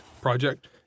Project